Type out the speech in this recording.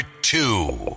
two